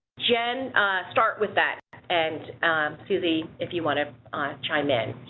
jen start with that and susie if you want to chime in.